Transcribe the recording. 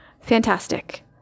fantastic